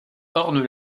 ornent